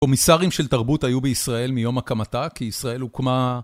קומיסרים של תרבות היו בישראל מיום הקמתה, כי ישראל הוקמה